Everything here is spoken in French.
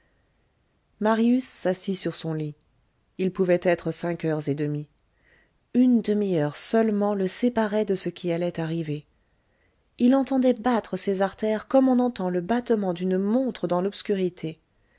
marius s'assit sur son lit il pouvait être cinq heures et demie une demi-heure seulement le séparait de ce qui allait arriver il entendait battre ses artères comme on entend le battement d'une montre dans l'obscurité